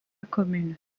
commune